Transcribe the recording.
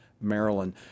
Maryland